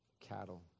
cattle